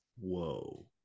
Whoa